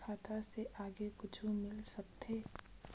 खाता से आगे कुछु मिल सकथे?